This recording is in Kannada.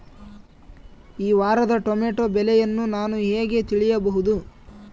ಈ ವಾರದ ಟೊಮೆಟೊ ಬೆಲೆಯನ್ನು ನಾನು ಹೇಗೆ ತಿಳಿಯಬಹುದು?